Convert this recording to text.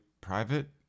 private